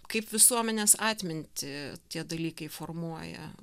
kaip visuomenės atmintį tie dalykai formuoja